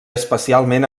especialment